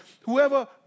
whoever